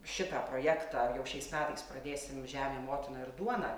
šitą projektą jau šiais metais pradėsim žemė motina ir duona